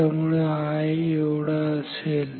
त्यामुळे I एवढा असेल